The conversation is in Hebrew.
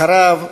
אחריו,